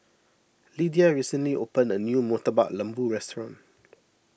Lydia recently opened a new Murtabak Lembu restaurant